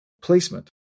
placement